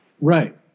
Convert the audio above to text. Right